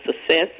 Success